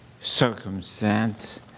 circumstance